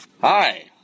Hi